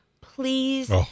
Please